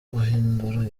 guhindura